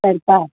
சரிப்பா